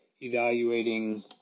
evaluating